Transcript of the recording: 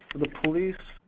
the police,